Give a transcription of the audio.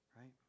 right